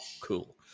cool